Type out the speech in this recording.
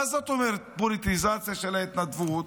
מה זאת אומרת פוליטיזציה של ההתנדבות?